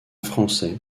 français